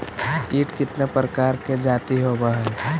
कीट कीतने प्रकार के जाती होबहय?